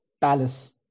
palace